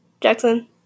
Jackson